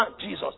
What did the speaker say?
Jesus